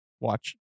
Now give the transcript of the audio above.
watch